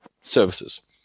services